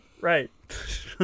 right